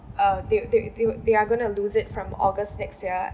uh they they they were they are going to lose it from august next year